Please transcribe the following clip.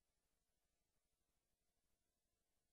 המדינה,